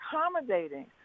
accommodating